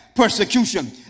persecution